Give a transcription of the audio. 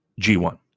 G1